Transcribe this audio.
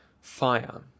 FIRE